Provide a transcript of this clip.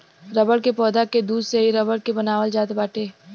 rubber के पौधा के दूध से ही रबर के बनावल जात बाटे